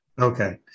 Okay